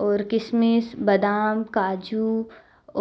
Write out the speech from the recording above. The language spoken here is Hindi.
और किशमिश बादाम काजू